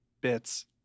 bits